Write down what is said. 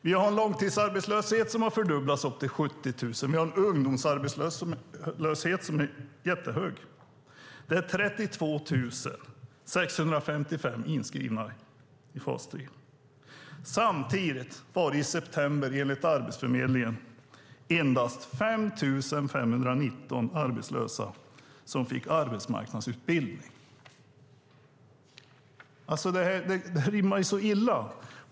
Vi har en långtidsarbetslöshet som har fördubblats till 70 000. Vi har en jättehög ungdomsarbetslöshet. 32 655 är inskrivna i fas 3. Samtidigt var det enligt Arbetsförmedlingen i september endast 5 519 arbetslösa som fick arbetsmarknadsutbildning. Det rimmar illa.